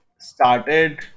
started